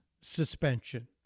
suspension